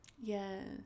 yes